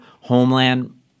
Homeland